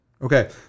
Okay